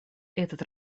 этот